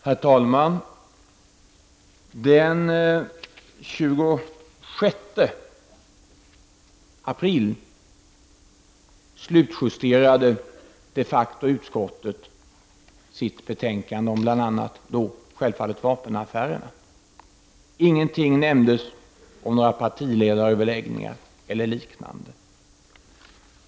Herr talman! Den 26 april slutjusterade de facto utskottet sitt betänkande om bl.a. vapenaffärerna. Ingenting nämndes om några partiledaröverläggningar eller liknande.